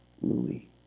Louis